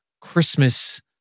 Christmas